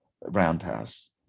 Roundhouse